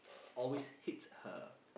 always hits her